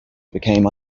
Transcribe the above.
became